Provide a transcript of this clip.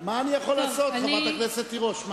מה אני יכול לעשות, חברת הכנסת תירוש?